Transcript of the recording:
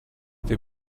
they